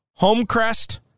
Homecrest